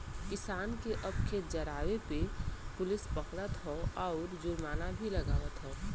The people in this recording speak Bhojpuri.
किसान के अब खेत जरावे पे पुलिस पकड़त हौ आउर जुर्माना भी लागवत हौ